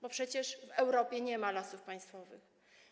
Bo przecież w Europie nie ma lasów państwowych.